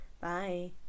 Bye